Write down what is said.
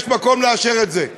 יש מקום לאשר את זה.